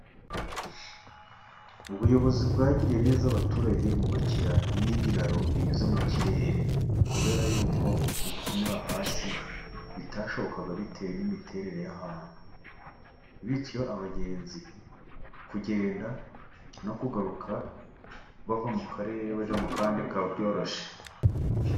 Ubuyobozi bwagiriye neza abaturage bububakira n'ibiraro binyuze mu kirere. Kubera yuko ibyo kunyura hasi bitashobokaga bitewe n'imiterere y'ahantu. Bityo abagenzi kugenda no kugaruka bava mu karere bajya mu kandi bikaba byoroshye.